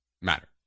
matter